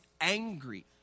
angry